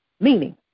meaning